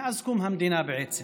מאז קום המדינה בעצם.